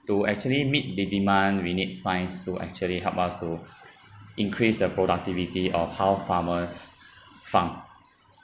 to actually meet the demand we need science to actually help us to increase the productivity of how farmers farm